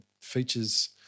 features